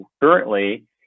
Currently